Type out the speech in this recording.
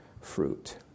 fruit